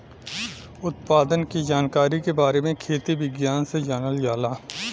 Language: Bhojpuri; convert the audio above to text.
उत्पादन के जानकारी के बारे में खेती विज्ञान से जानल जाला